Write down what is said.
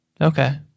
Okay